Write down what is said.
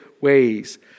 ways